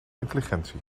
intelligentie